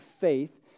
faith